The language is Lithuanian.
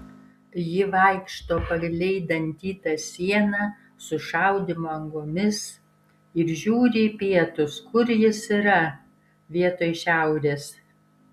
ji vaikšto palei dantytą sieną su šaudymo angomis ir žiūri į pietus kur jis yra vietoj šiaurės